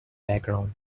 background